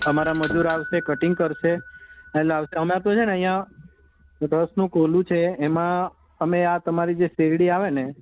અમારા મજૂર આવશે કટિંગ કરશે અને અમારે તો છેને અહિયાં રસનું કોલુ છે એમાં અમે આ તમારી શેરડી જે આવેને